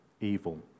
evil